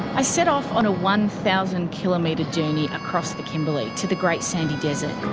i set off on a one thousand kilometre journey across the kimberley to the great sandy desert.